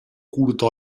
curta